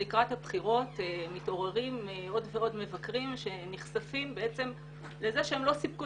לקראת הבחירות מתעוררים עוד ועוד מבקרים שנחשפים לזה שהם לא סיפקו